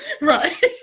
Right